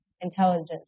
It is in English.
intelligent